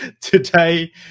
Today